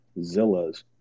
Zillas